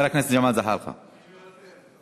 אני מוותר.